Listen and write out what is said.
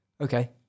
Okay